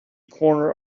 corner